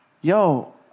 Yo